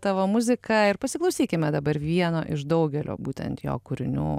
tavo muzika ir pasiklausykime dabar vieno iš daugelio būtent jo kūrinių